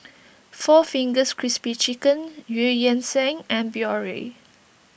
four Fingers Crispy Chicken Eu Yan Sang and Biore